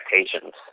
expectations